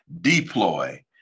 Deploy